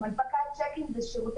"מאגד" זה קריטי